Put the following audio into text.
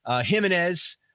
Jimenez